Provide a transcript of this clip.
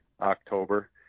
October